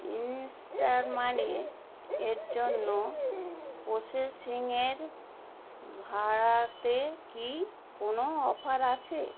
ইন্সটার মানে এর জন্য প্রসেসসিংয়ের ভাড়াতে কি কোনও অফার আছে